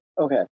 Okay